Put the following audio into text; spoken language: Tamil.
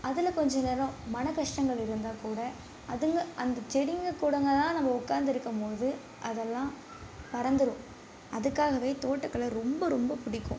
அதில் கொஞ்சம் நேரம் மனக்கஷ்டங்கள் இருந்தால் கூட அதங்க அந்த செடிங்க கூடங்கலாம் நம்ம உட்காந்து இருக்கும் போது அதெல்லாம் மறந்துடும் அதுக்காகவே தோட்டக்கலை ரொம்ப ரொம்ப பிடிக்கும்